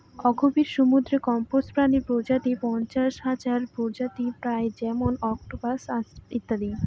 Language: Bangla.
অগভীর সমুদ্রের কম্বজ প্রাণী পর্যায়ে পঁচাশি হাজার প্রজাতি পাই যেমন অক্টোপাস ইত্যাদি